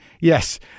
yes